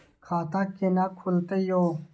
खाता केना खुलतै यो